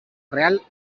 real